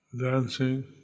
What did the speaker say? dancing